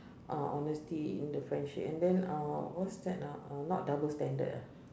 ah honesty in the friendship and then uh what's that ah uh not double standard uh